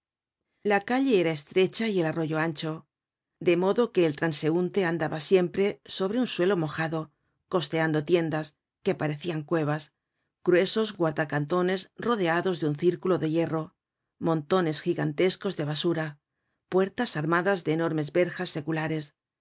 la calle era estrecha y el arroyo ancho de modo que el transeaunte andaba siempre sobre un suelo mojado costeando tiendas que parecian cuevas gruesos guarda cantones rodeados de un círculo de hierro montones gigantescos de basura puertas armadas de enormes verjas seculares